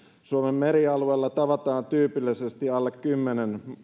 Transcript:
suomen merialueella tavataan tyypillisesti alle kymmenen